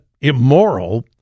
immoral